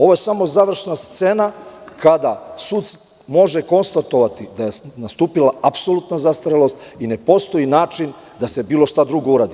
Ovo je samo završna scena kada sud može konstatovati da je nastupila apsolutna zastarelost i ne postoji način da se bilo šta drugo uradi.